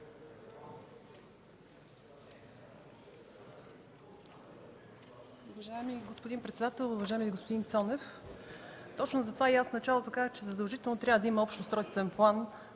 Уважаеми господин председател, уважаеми господин Цонев! Точно затова и аз в началото казах, че задължително трябва да има общ устройствен план